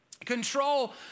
Control